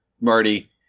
Marty